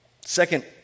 Second